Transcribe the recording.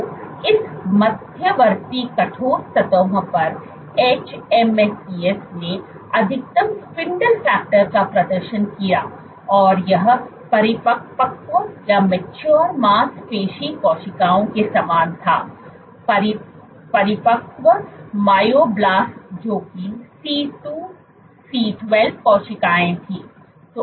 तो इस मध्यवर्ती कठोर सतहों पर hMSCs ने अधिकतम स्पिंडल फैक्टर का प्रदर्शन किया और यह परिपक्व मांसपेशी कोशिकाओं के समान था परिपक्व मायोबलास्ट्स जो कि C2C12 कोशिकाएं थीं